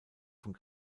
von